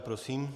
Prosím.